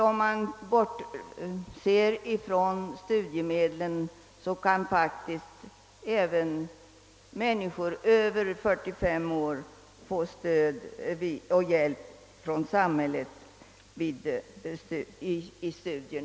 Om man bortser från studiemedlen kan faktiskt även människor över 45 år av samhället få hjälp och stöd för studier.